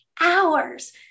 hours